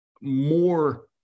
more